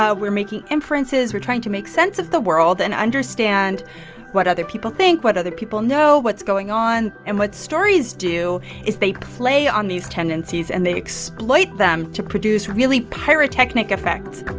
ah we're making inferences, we're trying to make sense of the world and understand what other people think, what other people know, what's going on. and what stories do is they play on these tendencies, and they exploit them to produce really pyrotechnic effects